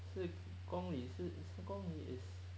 是公里是公里 is